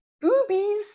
boobies